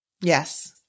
Yes